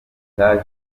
cyaje